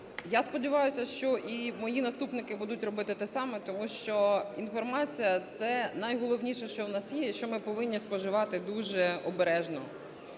Я сподіваюся, що й мої наступники будуть робити те саме, тому що інформація – це найголовніше, що в нас є і що ми повинні споживати дуже обережно.